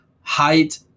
height